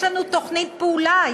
יש לנו תוכנית פעולה,